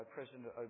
President